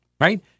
Right